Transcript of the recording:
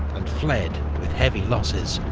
and fled with heavy losses.